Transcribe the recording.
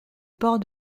port